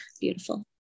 Beautiful